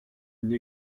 une